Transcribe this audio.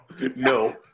no